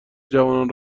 جوانان